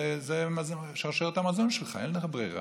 זה שרשרת המזון שלך, אין לך ברירה.